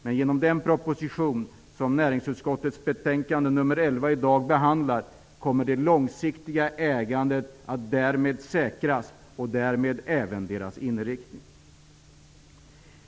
Men genom den proposition som näringsutskottets betänkande nr 11 behandlar kommer det långsiktiga ägandet att säkras och därmed även deras inriktning.